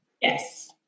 Yes